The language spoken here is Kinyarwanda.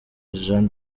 jean